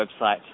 website